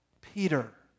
Peter